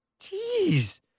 Jeez